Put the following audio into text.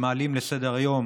מעלים לסדר-היום,